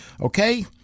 okay